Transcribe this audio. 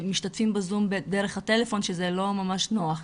משתתפים בזום דרך הטלפון, שזה לא ממש נוח.